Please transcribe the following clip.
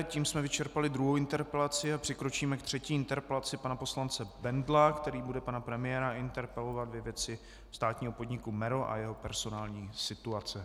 Tím jsme vyčerpali druhou interpelaci a přikročíme k třetí interpelaci pana poslance Bendla, který bude pana premiéra interpelovat ve věci státního podniku MERO a jeho personální situace.